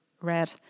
read